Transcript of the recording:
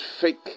fake